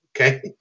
okay